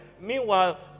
meanwhile